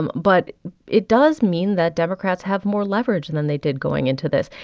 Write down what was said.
um but it does mean that democrats have more leverage and than they did going into this.